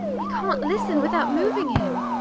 i cant listen without moving him.